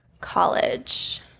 college